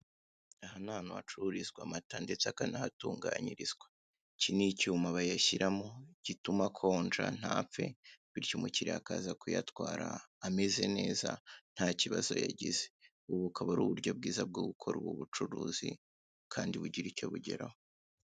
Aha ni ahantu bacururiza amata ndetse akanahatunganyirizwa. Iki ni icyuma bayashyiramo gituma akonja ntapfe bityo umukiriya akaza kuyatwara ameze neza ntakibazo yagize. Ubu bukaba ari uburyo bwiza bwo gukora ubu bucuruzi kandi bugira icyo bugeraho.